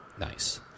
Nice